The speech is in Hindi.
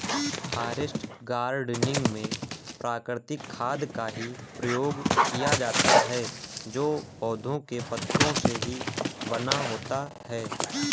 फॉरेस्ट गार्डनिंग में प्राकृतिक खाद का ही प्रयोग किया जाता है जो पौधों के पत्तों से ही बना होता है